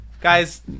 Guys